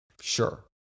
sure